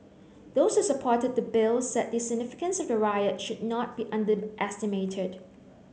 those supported the Bill said the significance of the riot should not be underestimated